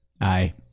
Aye